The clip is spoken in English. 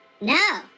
No